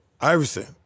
Iverson